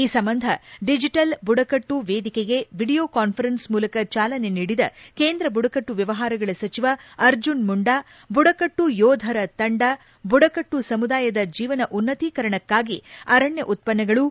ಈ ಸಂಬಂಧ ಡಿಜಿಟಲ್ ಬುಡಕಟ್ಟು ವೇದಿಕೆಗೆ ವಿಡಿಯೋ ಕಾನ್ಫರೆನ್ಸ್ ಮೂಲಕ ಚಾಲನೆ ನೀಡಿದ ಕೇಂದ್ರ ಬುಡಕಟ್ಟು ವ್ವವಹಾರಗಳ ಸಚಿವ ಅರ್ಜುನ್ ಮುಂಡಾ ಬುಡಕಟ್ಟು ಯೋಧರ ತಂಡ ಬುಡಕಟ್ಟು ಸಮುದಾಯದ ಜೀವನ ಉನ್ನತೀಕರಣಕ್ಕಾಗಿ ಅರಣ್ಯ ಉತ್ಪನ್ನಗಳು